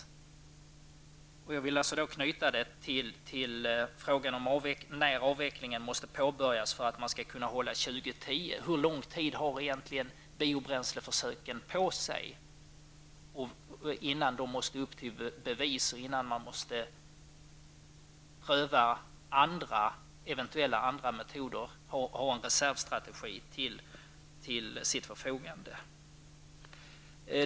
Jag vill knyta detta till min fråga om när avvecklingen måste påbörjas för att man skall kunna hålla fast vid år 2010. Hur lång tid har biobränsleförsöken på sig innan man måste pröva eventuella andra metoder, en reservstrategi?